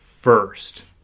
first